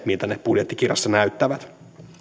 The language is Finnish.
miltä ne budjettikirjassa näyttävät